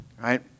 right